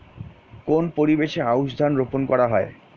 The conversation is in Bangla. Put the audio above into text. কোন পরিবেশে আউশ ধান রোপন করা হয়?